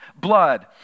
blood